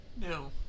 No